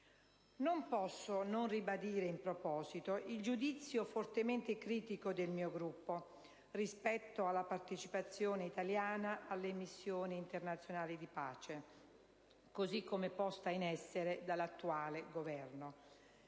Non posso non ribadire in proposito il giudizio fortemente critico del mio Gruppo rispetto alla partecipazione italiana alle missioni internazionali di pace, così come posta in essere dall'attuale Governo.